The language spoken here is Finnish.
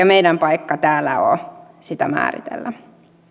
meidän paikkamme täällä ole sitä määritellä